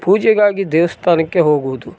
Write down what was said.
ಪೂಜೆಗಾಗಿ ದೇವಸ್ಥಾನಕ್ಕೆ ಹೋಗುವುದು